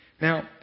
Now